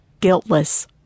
guiltless